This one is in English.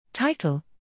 Title